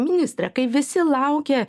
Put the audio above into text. ministre kai visi laukia